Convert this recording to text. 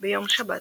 ביום שבת,